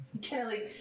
Kelly